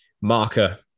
marker